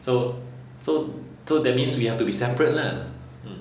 so so so that means we have to be separate lah